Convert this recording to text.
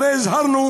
הרי הזהרנו